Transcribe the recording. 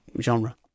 genre